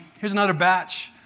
here's another batch.